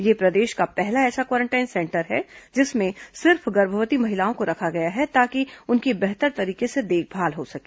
यह प्रदेश का पहला ऐसा क्वारेंटाइन सेंटर है जिसमें सिर्फ गर्भवती महिलाओं को रखा गया है ताकि उनकी बेहतर तरीके से देखभाल हो सके